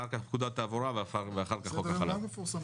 אחר כך פקודת התעבורה ואחר כך חוק משק החלב.